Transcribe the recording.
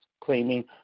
claiming